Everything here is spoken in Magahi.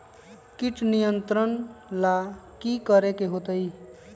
किट नियंत्रण ला कि करे के होतइ?